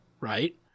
right